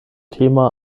thema